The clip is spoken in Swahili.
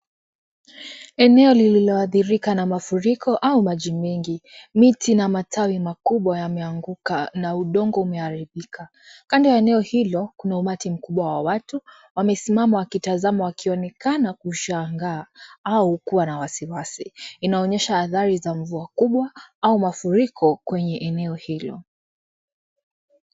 Eneo lililoathirika na mafuriko au maji mengi. Miti na matawi makubwa yameanguka na udongo umeharibika. Kando ya eneo hilo kuna umati mkubwa wa watu wamesimama wakitazama wakionekana kushangaa au kuwa na wasiwasi. Inaonyesha athari za mvua kubwa au mafuriko kwenye eneo hilo.